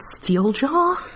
Steeljaw